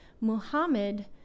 Muhammad